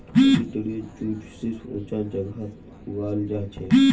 olitorius jute सिर्फ ऊंचा जगहत उगाल जाछेक